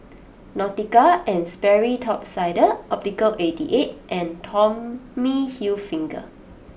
Nautica and Sperry Top Sider Optical Eighty Eight and Tommy Hilfiger